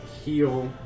heal